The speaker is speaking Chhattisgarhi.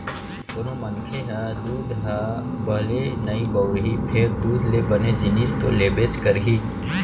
कोनों मनखे ह दूद ह भले नइ बउरही फेर दूद ले बने जिनिस तो लेबेच करही